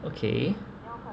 okay